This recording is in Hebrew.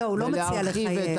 לא, הוא מציע לחייב.